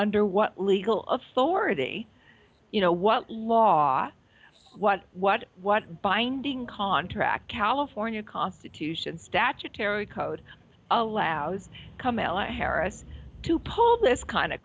under what legal of so worthy you know what law what what what binding contract california constitution statutary code allows come ella harris to pull this kind of